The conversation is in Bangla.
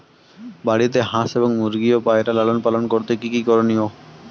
বাড়িতে হাঁস এবং মুরগি ও পায়রা লালন পালন করতে কী কী করণীয়?